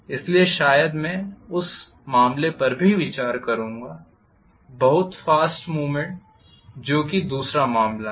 इसलिए शायद मैं उस मामले पर भी विचार करूंगा बहुत फास्ट मूव्मेंट जो कि दूसरा मामला है